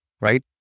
right